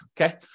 okay